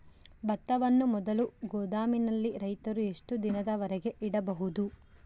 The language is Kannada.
ಭತ್ತವನ್ನು ಮೊದಲು ಗೋದಾಮಿನಲ್ಲಿ ರೈತರು ಎಷ್ಟು ದಿನದವರೆಗೆ ಇಡಬಹುದು?